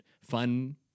fun